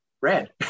red